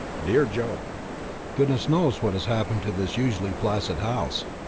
dear joe goodness knows what has happened to this usually placid house.